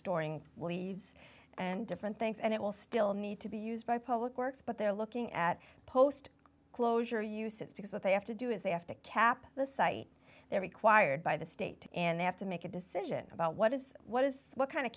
storing leaves and different things and it will still need to be used by public works but they're looking at post closure use it's because what they have to do is they have to cap the site they're required by the state and they have to make a decision about what is what is what kind of